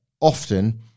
often